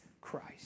Christ